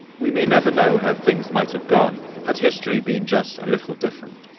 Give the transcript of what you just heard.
we may never know how things might have gone had history been just a little different,